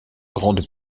grande